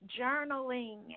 journaling